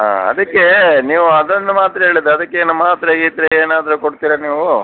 ಹಾಂ ಅದಕ್ಕೆ ನೀವು ಅದನ್ನು ಮಾತ್ರ ಹೇಳಿದ್ದು ಅದಕ್ಕೇನು ಮಾತ್ರೆ ಗೀತ್ರೆ ಏನಾದರೂ ಕೊಡ್ತೀರ ನೀವು